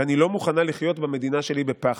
ואני לא מוכנה לחיות במדינה שלי בפחד".